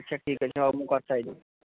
ଆଚ୍ଛା ଠିକ୍ ଅଛି ହେଉ ମୁଁ କଥା ହେଇଯାଉଛି